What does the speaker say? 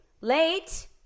late